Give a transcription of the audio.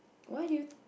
why you